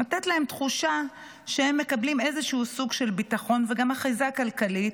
תחושה שהם מקבלים איזשהו סוג של ביטחון וגם אחיזה כלכלית,